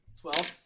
Twelve